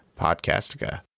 Podcastica